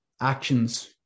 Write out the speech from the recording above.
actions